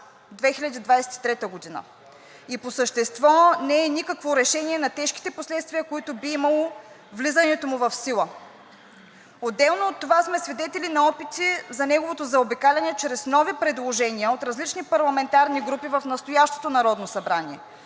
2023 г. и по същество не е никакво решение на тежките последствия, които би имало влизането му в сила. Отделно от това сме свидетели на опити за неговото заобикаляне чрез нови предложения от различни парламентарни групи в настоящото Народно събрание.